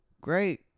Great